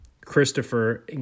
christopher